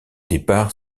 départ